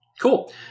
Cool